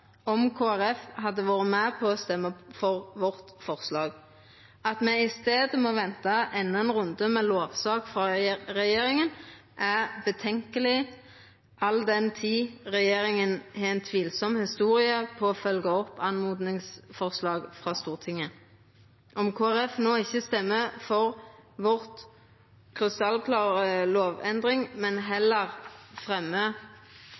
om Kristeleg Folkeparti hadde vore med og røysta for forslaget vårt. At me i staden må venta endå ein runde med lovsak frå regjeringa, er lite tilrådeleg all den tid regjeringa har ei tvilsam historie når det gjeld å følgja opp oppmodingsforslag frå Stortinget. Om Kristeleg Folkeparti no ikkje røystar for vår krystallklare lovendring, men